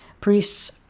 priests